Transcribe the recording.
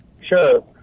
Sure